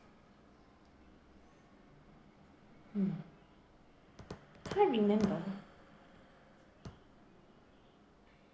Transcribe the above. mm can't remember